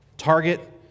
Target